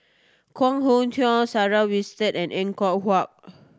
Koh Nguang Sarah Winstedt and Er Kwong Wah